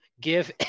give